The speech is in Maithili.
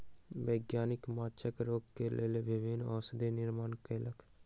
वैज्ञानिक माँछक रोग के लेल विभिन्न औषधि निर्माण कयलक